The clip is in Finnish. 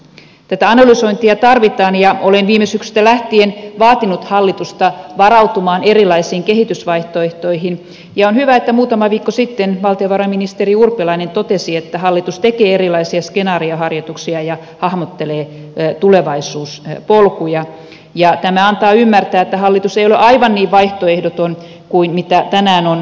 tätä analysointia tarvitaan ja olen viime syksystä lähtien vaatinut hallitusta varautumaan erilaisiin kehitysvaihtoehtoihin ja on hyvä että muutama viikko sitten valtiovarainministeri urpilainen totesi että hallitus tekee erilaisia skenaarioharjoituksia ja hahmottelee tulevaisuuspolkuja ja tämä antaa ymmärtää että hallitus ei ole aivan niin vaihtoehdoton kuin tänään on kuultu